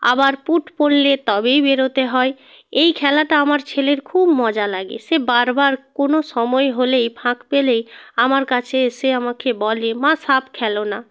আবার পুট পড়লে তবেই বেরোতে হয় এই খেলাটা আমার ছেলের খুব মজা লাগে সে বারবার কোনো সময় হলেই ফাঁক পেলেই আমার কাছে এসে আমাকে বলে মা সাপ খেল না